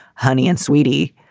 honey and sweetie,